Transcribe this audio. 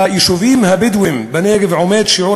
ביישובים הבדואיים בנגב עומד שיעור